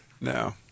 No